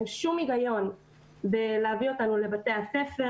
אין שום היגיון בלהביא אותנו לבתי הספר.